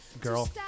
Girl